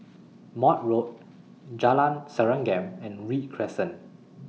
Maude Road Jalan Serengam and Read Crescent